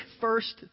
first